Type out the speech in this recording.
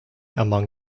among